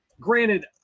granted